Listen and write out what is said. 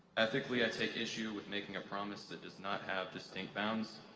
ethically, i take issue with making a promise that does not have distinct bounds,